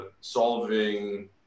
solving